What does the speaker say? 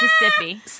Mississippi